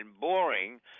boring